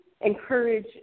encourage